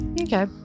Okay